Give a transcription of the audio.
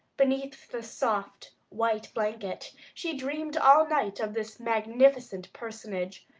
beneath the soft white blanket, she dreamed all night of this magnificent personage,